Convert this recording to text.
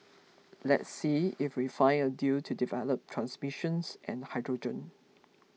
let's see if we find a deal to develop transmissions and hydrogen